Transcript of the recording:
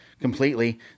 completely